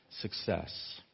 success